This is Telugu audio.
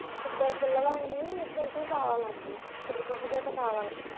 ఇద్దరు పిల్లలు అండి ఇద్దరికి కావాలండి చరో జత కావాలి